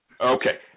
Okay